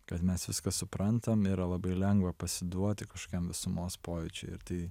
kad mes viską suprantam yra labai lengva pasiduoti kažkokiam visumos pojūčiui ir tai